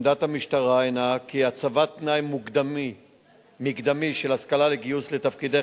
עמדת המשטרה הינה כי הצבת תנאי מקדמי של השכלה לגיוס לתפקידי